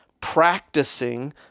practicing